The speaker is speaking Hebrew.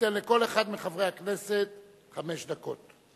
ניתן לכל אחד מחברי הכנסת חמש דקות.